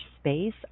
space